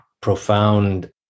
profound